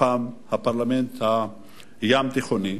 הפרלמנט הים-תיכוני,